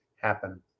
happen